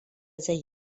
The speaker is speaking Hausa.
zai